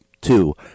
Two